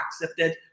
accepted